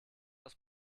aus